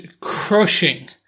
crushing